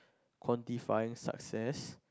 quantifying success